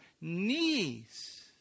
knees